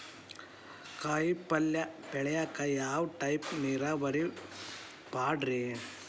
ಕಾಯಿಪಲ್ಯ ಬೆಳಿಯಾಕ ಯಾವ ಟೈಪ್ ನೇರಾವರಿ ಪಾಡ್ರೇ?